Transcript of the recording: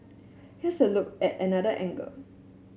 here's a look at another angle